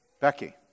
Becky